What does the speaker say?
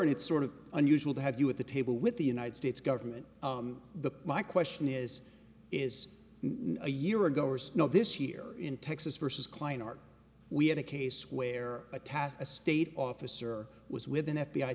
and it's sort of unusual to have you at the table with the united states government the my question is is no a year ago or snow this year in texas versus kline are we had a case where a task a state officer was with an f